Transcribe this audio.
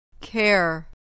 Care